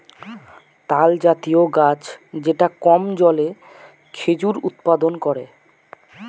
তালজাতীয় গাছ যেটা কম জলে খেজুর উৎপাদন করে